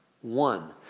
one